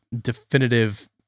definitive